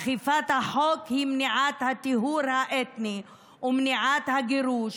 אכיפת החוק היא מניעת הטיהור האתני ומניעת הגירוש,